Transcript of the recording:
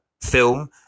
film